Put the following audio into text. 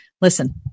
Listen